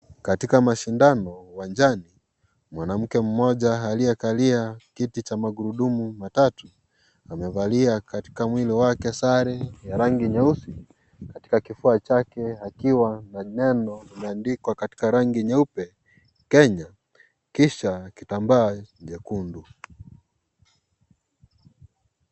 Katika mashindano uwanjani, mwanamke mmoja aliye kalia, kiti cha magurudumu matatu, amevalia katika mwili wake sare, ya rangi nyeusi, katika kifua chake, akiwa, na neno lililo andikwa katika rangi nyeupe, Kenya, kisha kitambaa jekundu.